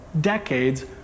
decades